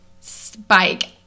Spike